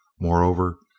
Moreover